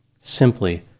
simply